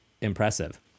impressive